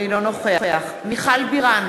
אינו נוכח מיכל בירן,